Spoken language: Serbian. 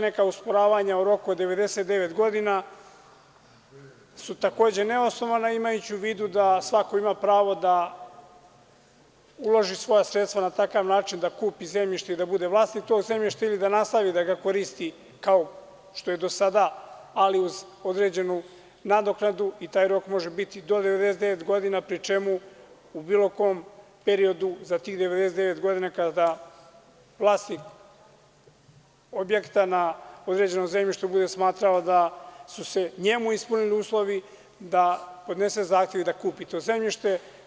Neka osporavanja o roku od 99 godina su takođe neosnovana imajući u vidu da svako ima pravo da uloži svoja sredstva na takav način da kupi zemljište i da bude vlasnik tog zemljišta ili da nastavi da ga koristi kao što je do sada ali uz određenu nadoknadu i taj rok može biti do 99 godina pri čemu u bilo kom periodu tih 99 godina kada vlasnik objekta na određenom zemljištu bude smatramo da su se njemu ispunili uslovi, da podnese zahtev i da kupi to zemljište.